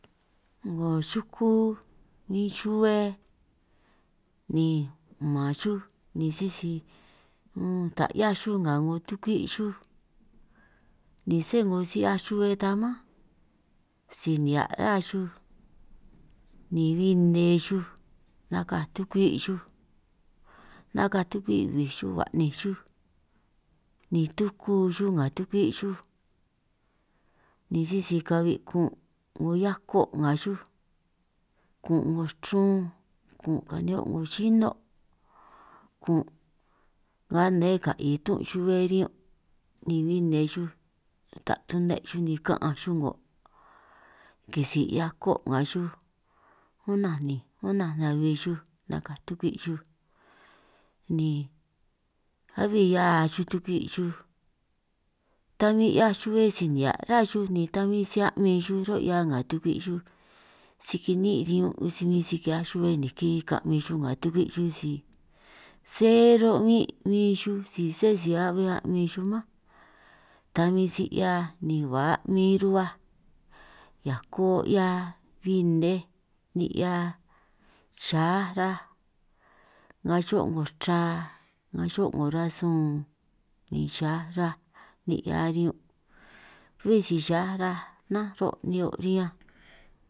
Ne' abbij baj kihiaj sun kan' sss kan' ta sani ta man nako ñun baj, nitaj koj marre mán nitaj nna mán síj ni achij 'na' nikí chiñán síj ni nasíj chiñan, nihia' rá ta marre ba koj mán ta marre ba nna mán marre ba chin' lí mán, nihia' ba lí sij ta marre ba nin' lí ráj.